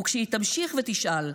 // והיא תמשיך ותשאל,